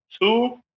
two